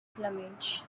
plumage